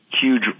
Huge